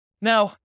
Now